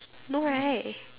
no right